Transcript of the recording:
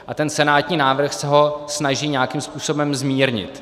A senátní návrh se ho snaží nějakým způsobem zmírnit.